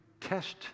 test